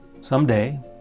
Someday